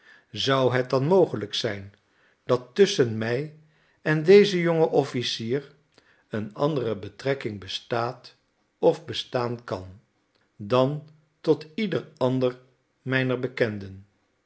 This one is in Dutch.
zou het dan mogelijk zijn dat tusschen mij en dezen jongen officier een andere betrekking bestaat of bestaan kan dan tot ieder ander mijner bekenden